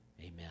Amen